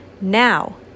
Now